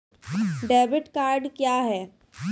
Debit card क्या हैं?